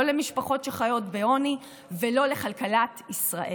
לא למשפחות שחיות בעוני ולא לכלכלת ישראל.